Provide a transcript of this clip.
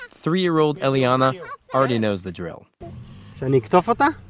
ah three-year-old eliana already knows the drill she'ani ektof ota?